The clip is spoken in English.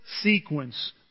sequence